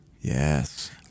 yes